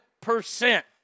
percent